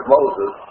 Moses